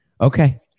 Okay